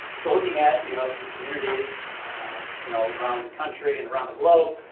so looking at you know some communities you know around the country and around the globe,